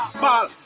ball